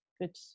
good